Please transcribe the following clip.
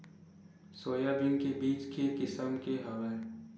Soybean के बीज के किसम के हवय?